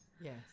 yes